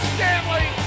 Stanley